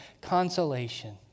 consolation